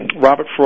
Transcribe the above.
Robert